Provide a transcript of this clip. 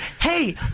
hey